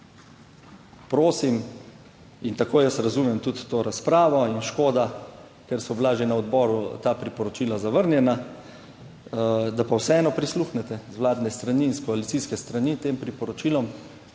Prosim, in tako jaz razumem tudi to razpravo, in škoda ker so bila že na odboru ta priporočila zavrnjena, da pa vseeno prisluhnete z vladne strani in s koalicijske strani tem priporočilom